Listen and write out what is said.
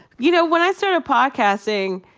you know, when i started podcasting,